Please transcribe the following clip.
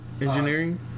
engineering